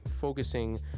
focusing